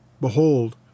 Behold